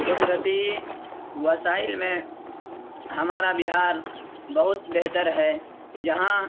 قدرتی وسائل میں ہمارا بہار بہت بہتر ہے یہاں